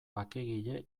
bakegile